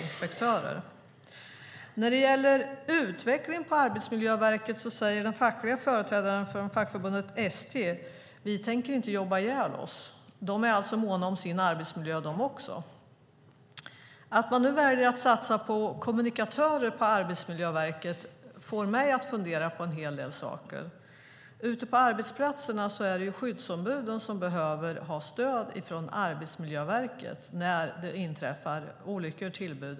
När det gäller utvecklingen på Arbetsmiljöverket säger den fackliga företrädaren från fackförbundet ST: Vi tänker inte jobba ihjäl oss. De är alltså måna om sin arbetsmiljö, de också. Att man nu väljer att satsa på kommunikatörer på Arbetsmiljöverket får mig att fundera på en hel del saker. Ute på arbetsplatserna är det skyddsombuden som behöver stöd från Arbetsmiljöverket när det inträffar olyckor.